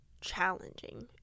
challenging